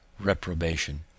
reprobation